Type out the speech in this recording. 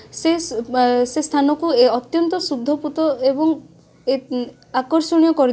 ତାଙ୍କର ହିଁ ଦ୍ଵାରା ଏହା ହୋଇପାରିବ ଓ ଏହା ହୋଇପାରିଥିଲା